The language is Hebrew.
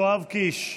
אני, יואב קיש,